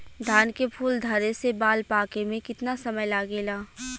धान के फूल धरे से बाल पाके में कितना समय लागेला?